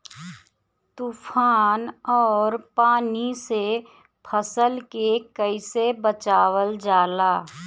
तुफान और पानी से फसल के कईसे बचावल जाला?